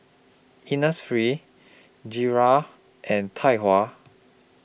Innisfree Gilera and Tai Hua